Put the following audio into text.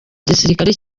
gisirikare